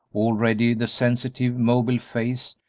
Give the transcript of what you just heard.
already the sensitive, mobile face,